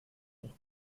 auch